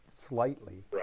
slightly